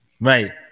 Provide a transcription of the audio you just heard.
right